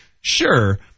Sure